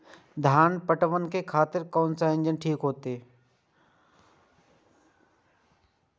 धान पटवन के खातिर कोन इंजन ठीक होते?